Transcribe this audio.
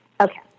Okay